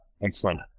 Excellent